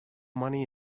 money